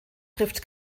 trifft